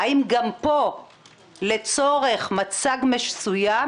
האם גם פה לצורך מצג מסוים,